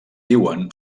diuen